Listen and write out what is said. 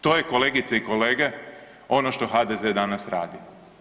To je kolegice i kolege ono što HDZ danas radi.